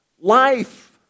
life